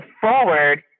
forward